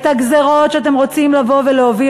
הגזירות שאתם רוצים לבוא ולהוביל,